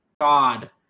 God